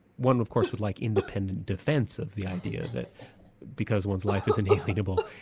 one of course would like independent defence of the idea that because one's life is inalienable,